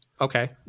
Okay